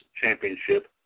Championship